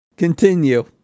Continue